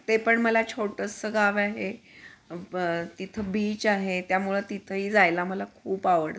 ते पण मला छोटंसं गाव आहे तिथं बीच आहे त्यामुळं तिथंही जायला मला खूप आवडतं